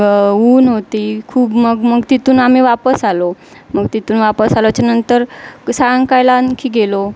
ऊन होती खूप मग मग तिथून आम्ही वापस आलो मग तिथून वापस आलोच्यानंतर सायंकाळला आणखी गेलो